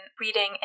reading